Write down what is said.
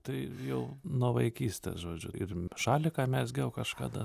tai jau nuo vaikystės žodžiu ir šaliką mezgiau kažkada